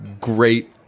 great